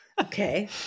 okay